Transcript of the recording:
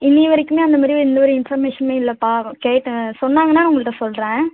இன்னைய வரைக்குமே அந்தமாதிரி எந்த ஒரு இன்ஃபர்மேஷனும் இல்லப்பா கேட்டேன் சொன்னாங்கன்னா நான் உங்கள்கிட்ட சொல்லுறேன்